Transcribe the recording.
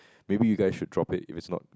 maybe you guys should drop it if it's not